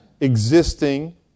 existing